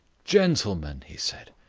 gentlemen, he said,